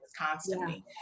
constantly